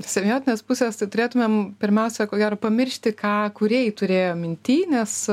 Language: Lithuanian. semiotinės pusės tai turėtumėm pirmiausia ko gero pamiršti ką kūrėjai turėjo minty nes